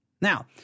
Now